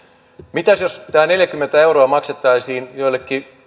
mitäs jos tämä neljäkymmentä euroa maksettaisiin joillekin